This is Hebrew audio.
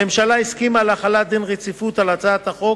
הממשלה הסכימה להחלת דין רציפות על הצעת החוק